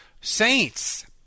Saints